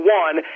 one